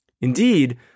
Indeed